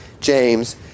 James